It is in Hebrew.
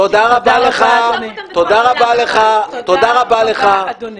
תודה רבה, אדוני.